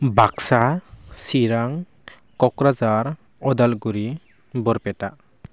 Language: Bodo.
बाक्सा चिरां क'क्राझार अदालगुरी बरपेटा